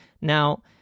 Now